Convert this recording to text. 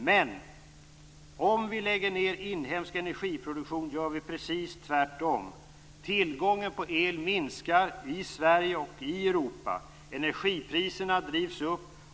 Men om vi lägger ned inhemsk energiproduktion gör vi precis tvärtom. Tillgången på el minskar i Sverige och i Europa. Energipriserna drivs upp.